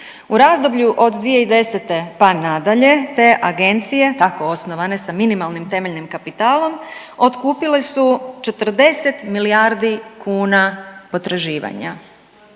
U razdoblju od 2010., pa nadalje te agencije tako osnovane sa minimalnim temeljnim kapitalom otkupile su 40 milijardi kuna potraživanja